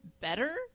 better